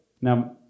Now